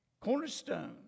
Cornerstone